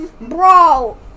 Bro